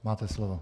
Máte slovo.